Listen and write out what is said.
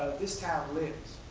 this town lives,